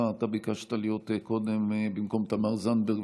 אתה ביקשת קודם להיות במקום תמר זנדברג.